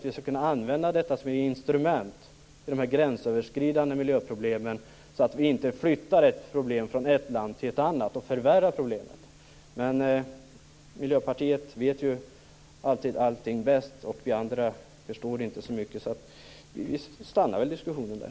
Vi skall kunna använda EU som ett instrument när det gäller de gränsöverskridande miljöproblemen så att vi inte flyttar ett problem från ett land till ett annat och förvärrar problemet. Men Miljöpartiet vet ju alltid allting bäst, och vi andra förstår inte så mycket. Så vi stannar väl diskussionen där.